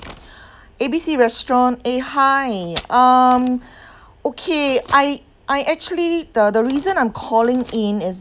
A B C restaurant eh hi um okay I I actually the the reason I'm calling in is